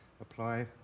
apply